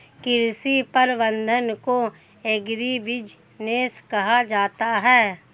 कृषि प्रबंधन को एग्रीबिजनेस कहा जाता है